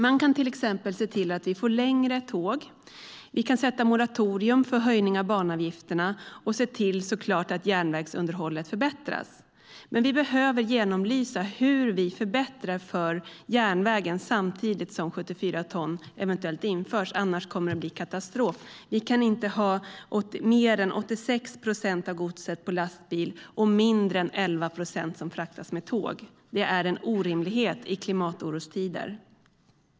Man kan till exempel se till att vi får längre tåg, sätta ett moratorium för höjning av banavgifter och såklart se till att järnvägsunderhållet förbättras. Vi behöver genomlysa hur vi förbättrar för järnvägen samtidigt som 74 ton eventuellt införs. Annars kommer det att bli katastrof. Vi kan inte ha mer än 86 procent av godset på lastbil och mindre än 11 procent som fraktas med tåg. Det är en orimlighet i klimatorostider.